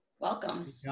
Welcome